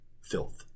filth